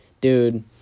dude